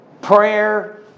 prayer